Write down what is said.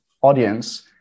audience